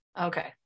Okay